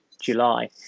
July